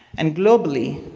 and globally,